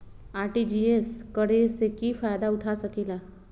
RTGS करे से की फायदा उठा सकीला?